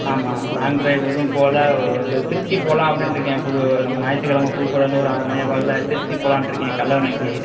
ஆமா long drive எதுவும் போகல அதான் திருச்சி போகலா அப்படினு இருக்கேன் புது ஞாயித்து கிழம புதுக்கோட்டையிலேந்து ஒரு ஆறு மணி போல் திருச்சி போகலானு இருக்கேன் கல்லணைக்கு